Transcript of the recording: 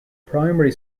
primary